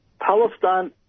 Palestine